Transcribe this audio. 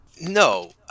No